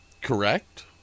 Correct